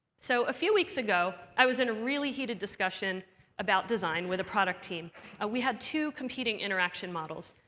so a few weeks ago, i was in a really heated discussion about design with a product team, and we had two competing interaction models.